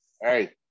hey